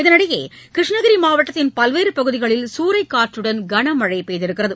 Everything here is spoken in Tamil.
இதனிடையே கிருஷ்ணகிரி மாவட்டத்தின் பல்வேறு பகுதிகளில் சூறைக்காற்றுடன் கனமழை பெய்துள்ளது